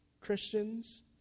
Christians